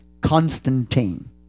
Constantine